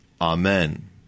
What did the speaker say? Amen